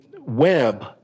web